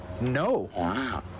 No